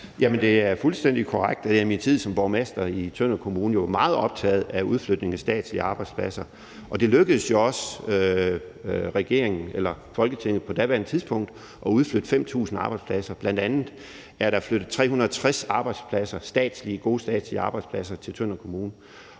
det er fuldstændig korrekt, at jeg i min tid som borgmester i Tønder Kommune var meget optaget af udflytning af statslige arbejdspladser, og det lykkedes jo også regeringen eller Folketinget på daværende tidspunkt at udflytte 5.000 arbejdspladser. Der er bl.a. flyttet 360 gode statslige arbejdspladser til Tønder Kommune,